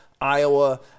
Iowa